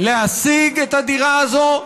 להשיג את הדירה הזאת,